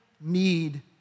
need